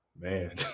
man